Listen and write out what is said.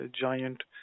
giant